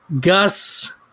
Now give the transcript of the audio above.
Gus